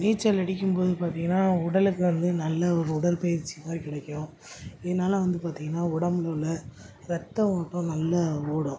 நீச்சல் அடிக்கும் போது பார்த்தீங்கன்னா உடலுக்கு வந்து நல்ல ஒரு உடற்பயிற்சி மாதிரி கிடைக்கும் இதனால் வந்து பார்த்தீங்கன்னா உடம்பில் உள்ளே ரத்த ஓட்டம் நல்லா ஓடும்